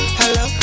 hello